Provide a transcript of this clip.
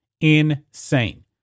Insane